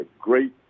great